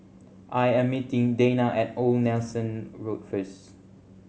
I am meeting Dayna at Old Nelson Road first